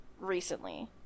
recently